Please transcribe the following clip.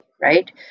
right